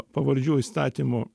pavardžių įstatymo